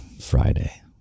Friday